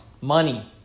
money